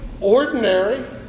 ordinary